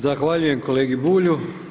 Zahvaljujem kolegi Bulju.